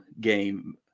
game